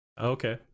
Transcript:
Okay